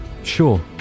Sure